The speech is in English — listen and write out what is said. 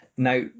Now